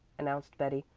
announced betty,